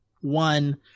one